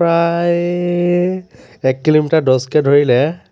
প্ৰায় এক কিলোমিটাৰ দহকৈ ধৰিলে